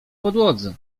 podłodze